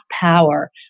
power